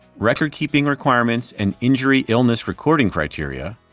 recordkeeping requirements, an injury illness, recording criteria,